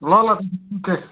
ल ल ओके